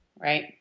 Right